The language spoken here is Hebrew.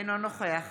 אינו נוכח